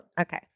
Okay